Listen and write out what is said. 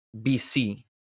BC